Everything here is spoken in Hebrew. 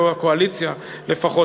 או הקואליציה לפחות,